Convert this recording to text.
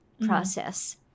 process